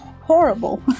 horrible